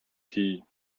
tea